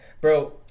bro